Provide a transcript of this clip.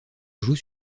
joue